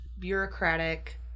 Bureaucratic